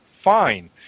fine